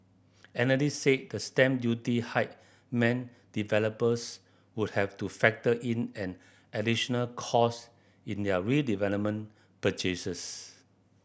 analysts said the stamp duty hike meant developers would have to factor in an additional cost in their redevelopment purchases